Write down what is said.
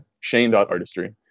shane.artistry